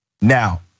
Now